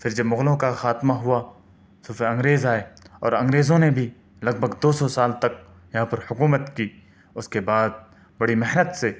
پھر جب مغلوں کا خاتمہ ہوا تو پھر انگریز آئے اور انگریزوں نے بھی لگ بھگ دو سو سال تک یہاں پر حکومت کی اس کے بعد بڑی محنت سے